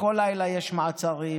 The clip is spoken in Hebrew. בכל לילה יש מעצרים.